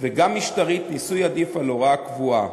וגם משטרית ניסוי עדיף על הוראה קבועה.